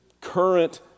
current